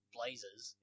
Blazers